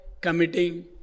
committing